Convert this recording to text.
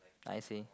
I see